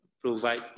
provide